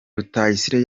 rutayisire